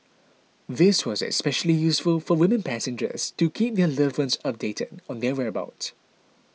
this was especially useful for women passengers to keep their loved ones updated on their whereabouts